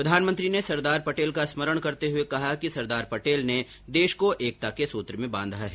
प्रधानमंत्री ने सरदार पटेल का स्मरण करते हुए कहा कि सरदार पटेल ने देश को एकता के सूत्र में बांधा है